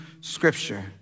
Scripture